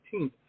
18th